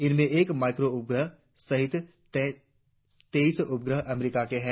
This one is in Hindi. इनमें एक माइक्रो उपग्रह सहित तेईस उपग्रह अमरीका के है